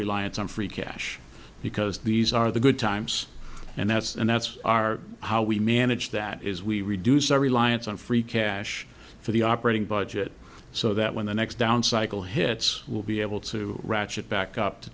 reliance on free cash because these are the good times and that's and that's our how we manage that is we reduce our reliance on free cash for the operating budget so that when the next down cycle hits we'll be able to ratchet back up to